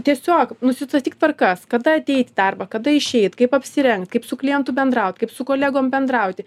tiesiog nusistatyk tvarkas kada ateit į darbą kada išeit kaip apsirengt kaip su klientu bendraut kaip su kolegom bendrauti